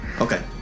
Okay